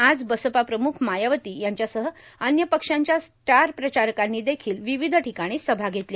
आज बसपा प्रम्ख मायावती यांच्यासह अन्य पक्षांच्या स्टार प्रचारकांनी देखील विविध ठिकाणी सभा घेतल्या